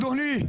אדוני,